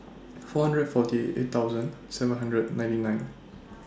four hundred forty eight thousand seven hundred ninety nine